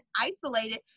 isolated